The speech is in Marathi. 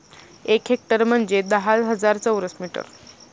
एक हेक्टर म्हणजे दहा हजार चौरस मीटर